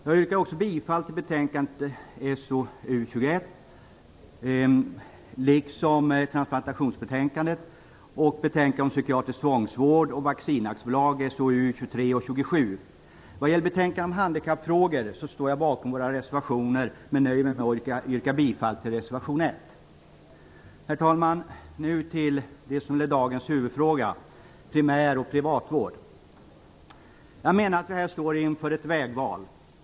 Jag yrkar bifall till hemställan i betänkande AB. Vad gäller betänkandet om handikappfrågor står jag bakom våra reservationer, men jag nöjer mig med att yrka bifall till reservation 1. Herr talman! Nu till dagens huvudfråga: primäroch privatvården. Jag menar att vi här står inför ett vägval.